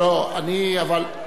לא, לא, לא.